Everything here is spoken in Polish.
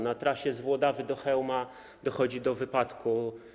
Na trasie z Włodawy do Chełma dochodzi do wypadku.